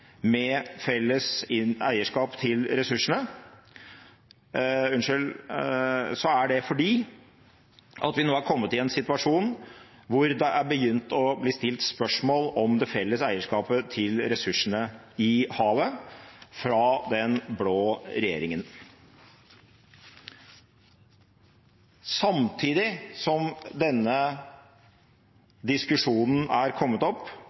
om felles eierskap til havets levende ressurser inn i Grunnloven, er det fordi vi nå er kommet i en situasjon hvor det er begynt å bli stilt spørsmål om det felles eierskapet til ressursene i havet – fra den blå regjeringen. Samtidig som denne diskusjonen er kommet opp,